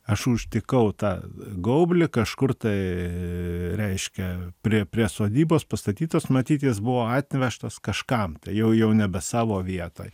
aš užtikau tą gaublį kažkur tai reiškia prie prie sodybos pastatytos matyt jis buvo atvežtas kažkam tai jau jau nebe savo vietoj